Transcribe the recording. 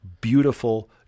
beautiful